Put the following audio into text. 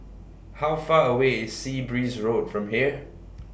How Far away IS Sea Breeze Road from here